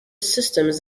systems